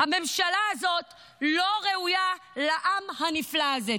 הממשלה הזו לא ראויה לעם הנפלא הזה.